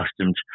customs